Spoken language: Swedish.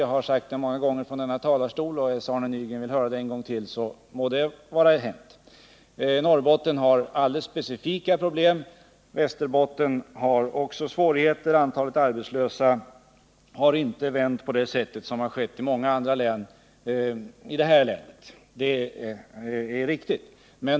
Jag har flera gånger från talarstolen här i kammaren påpekat denna besvärliga situation. Vill Arne Nygren höra det än en gång så må det vara hänt. Norrbotten har alldeles specifika problem, och Västerbotten har också svårigheter. Antalet arbetslösa har inte minskat så som det har gjort i många andra län.